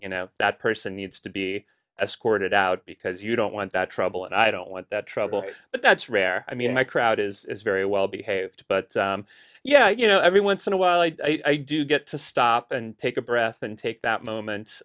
you know that person needs to be escorted out because you don't want that trouble and i don't want that trouble but that's rare i mean my crowd is very well behaved but yeah you know every once in a while i do get to stop and take a breath and take that moment